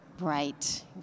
Right